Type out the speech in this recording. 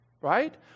right